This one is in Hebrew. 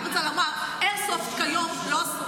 אני רק רוצה לומר: איירסופט כיום לא אסור,